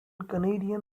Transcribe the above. canadian